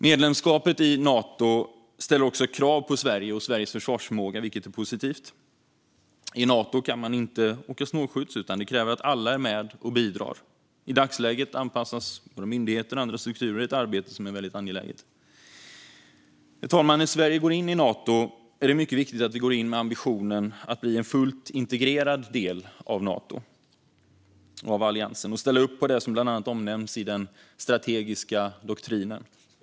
Medlemskapet i Nato ställer också krav på Sverige och Sveriges försvarsförmåga, vilket är positivt. I Nato kan man inte åka snålskjuts, utan det krävs att alla är med och bidrar. I dagsläget anpassas våra myndigheter och andra strukturer i ett arbete som är väldigt angeläget. Herr talman! När Sverige går in i Nato är det mycket viktigt att vi gör det med ambitionen att bli en fullt integrerad del av alliansen och ställa upp på bland annat det som omnämns i den strategiska doktrinen.